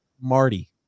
Marty